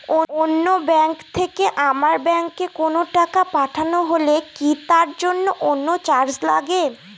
অন্য ব্যাংক থেকে আমার ব্যাংকে কোনো টাকা পাঠানো হলে কি তার জন্য আলাদা চার্জ লাগে?